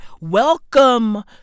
welcome